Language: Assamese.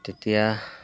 তেতিয়া